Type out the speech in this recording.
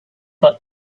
but